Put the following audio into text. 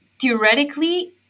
theoretically